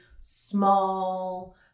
small